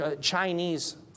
Chinese